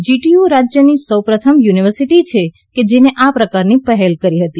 GTU રાજ્યની સૌપ્રથમ university છે કે જેને આ પ્રકારની પહેલ કરી હતી